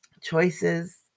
choices